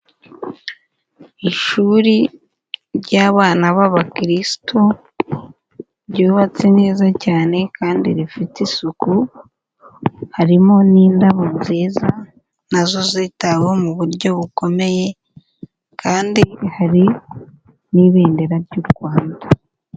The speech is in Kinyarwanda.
Ishuri ry'abana b'abakirisitu ryubatse neza cyane kandi rifite isuku, harimo n'indabo nziza na zo zitaweho mu buryo bukomeye kandi hari n'ibendera ry'u Rwanda.